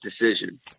decision